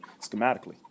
schematically